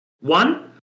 One